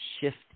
shift